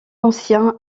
ancien